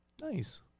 Nice